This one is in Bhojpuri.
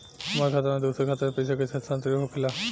हमार खाता में दूसर खाता से पइसा कइसे स्थानांतरित होखे ला?